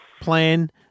plan